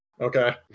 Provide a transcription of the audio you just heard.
Okay